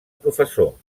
professor